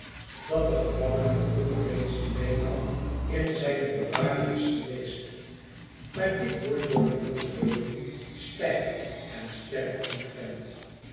dat de gevangene vroeger reeds twee maal in zijne bewaring is geweest maar dit wordt door den jongen deugniet stijf en sterk ontkend